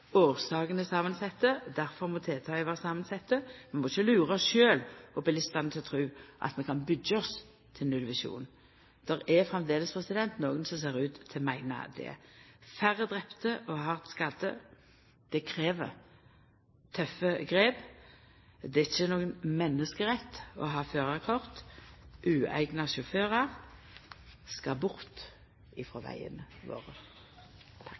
årsakene er samansette, og difor må tiltaka vera samansette. Vi må ikkje lura oss sjølve og bilistane til å tru at vi kan byggja oss til nullvisjonen. Det er framleis nokre som ser ut til å meina det. Færre drepne og hardt skadde krev tøffe grep. Det er ingen menneskerett å ha førarkort. Ueigna sjåførar skal bort frå vegane våre.